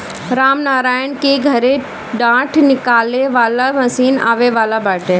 रामनारायण के घरे डाँठ निकाले वाला मशीन आवे वाला बाटे